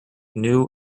new